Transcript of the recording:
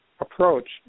approach